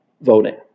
voting